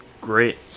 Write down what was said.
great